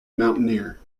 mountaineer